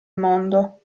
mondo